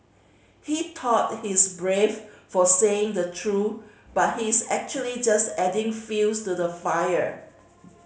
he thought he's brave for saying the truth but he's actually just adding fuels to the fire